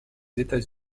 états